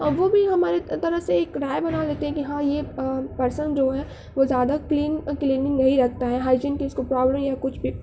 وہ بھی ہماری طرح سے ایک رائے بنا لیتے ہیں کہ ہاں یہ پرسن جو ہے وہ زیادہ کلین کلیننگ نہیں رکھتا ہے ہائجنگ کی اس کو پرابلم ہے یہ کچھ بھی